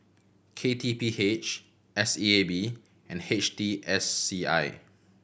K T P H S E A B and H T S C I